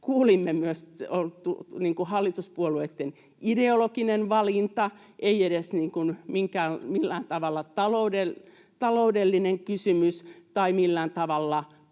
kuulimme, hallituspuolueitten ideologinen valinta, ei edes millään tavalla taloudellinen kysymys tai millään tavalla